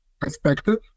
perspective